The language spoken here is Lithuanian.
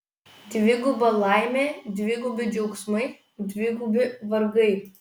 dviguba laimė dvigubi džiaugsmai dvigubi vargai